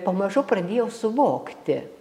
pamažu pradėjo suvokti